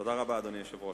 תודה רבה, אדוני היושב-ראש.